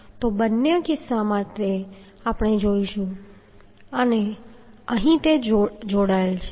તો બંને કિસ્સાઓ માટે આપણે જોઈશું અને તે અહીં જોડાયેલ છે